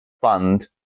fund